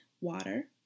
water